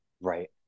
Right